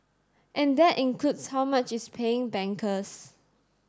and that includes how much it's paying bankers